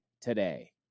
today